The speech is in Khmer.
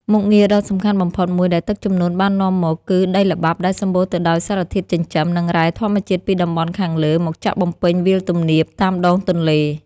មុខងារដ៏សំខាន់បំផុតមួយដែលទឹកជំនន់បាននាំមក គឺដីល្បាប់ដែលសម្បូរទៅដោយសារធាតុចិញ្ចឹម និងរ៉ែធម្មជាតិពីតំបន់ខាងលើ មកចាក់បំពេញវាលទំនាបតាមដងទន្លេ។